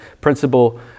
principle